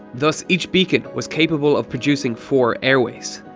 thus each beacon was capable of producing four airways.